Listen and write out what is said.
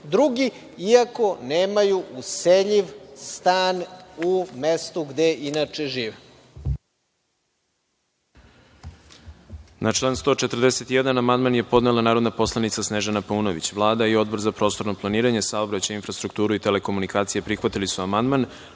drugi iako nemaju useljiv stan u mestu gde inače žive. **Đorđe Milićević** Na član 141. amandman je podnela narodna poslanica Snežana Paunović. Vlada i Odbor za prostorno planiranje, saobraćaj, infrastrukturu i telekomunikacije prihvatili su amandman. Odbor